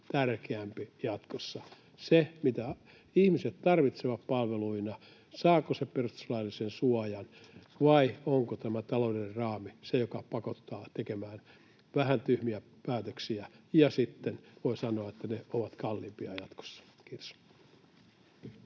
tärkeämpi jatkossa: se, mitä ihmiset tarvitsevat palveluina — saako se perustuslaillisen suojan — vai onko tämä talouden raami se, mikä pakottaa tekemään vähän tyhmiä päätöksiä, ja sitten, voi sanoa, ne ovat kalliimpia jatkossa? — Kiitos.